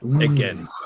Again